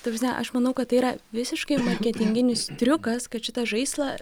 ta prasme aš manau kad tai yra visiškai marketinginis triukas kad šitą žaislą